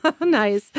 Nice